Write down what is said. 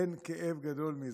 אין כאב גדול מזה.